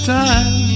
time